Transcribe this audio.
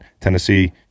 Tennessee